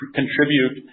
contribute